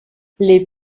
les